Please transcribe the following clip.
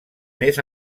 més